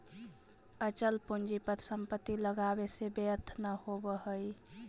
अचल पूंजी पर संपत्ति लगावे से व्यर्थ न होवऽ हई